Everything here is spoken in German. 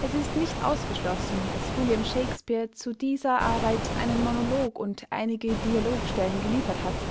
es ist nicht ausgeschlossen daß william shakespeare zu dieser arbeit einen monolog und einige dialogstellen geliefert hat